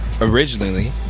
Originally